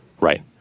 Right